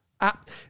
app